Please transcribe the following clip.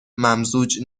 ممزوج